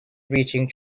breaching